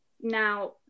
now